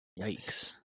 Yikes